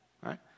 right